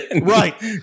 Right